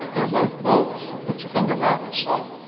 they're both boats. put your finger back.